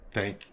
Thank